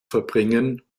verbringen